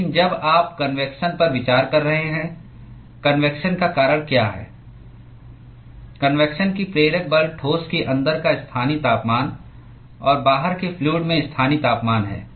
लेकिन जब आप कन्वेक्शन पर विचार कर रहे हैं कन्वेक्शन का कारण क्या है कन्वेक्शन की प्रेरक बल ठोस के अंदर का स्थानीय तापमान और बाहर के फ्लूअड में स्थानीय तापमान है